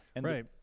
Right